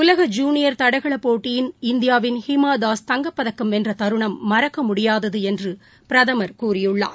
உலக ஜூனியர் தடகள போட்டியின் இந்தியாவின் ஹீமா தாஸ் தங்கப்பதக்கம் வென்ற தருணம் மறக்க முடியாதது என்று பிரதமர் கூறியுள்ளார்